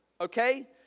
okay